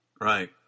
Right